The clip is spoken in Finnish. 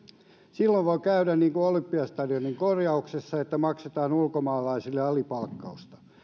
silloin voi käydä niin kuin olympiastadionin korjauksessa että maksetaan ulkomaalaisille alipalkkaa